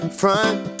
front